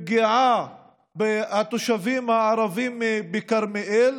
לפגיעה בתושבים הערבים בכרמיאל,